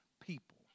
People